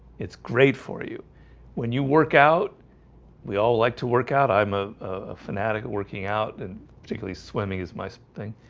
it's great for you when you workout we all like to work out. i'm a ah fanatic working out and particularly swimming is my so thing